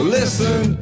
listen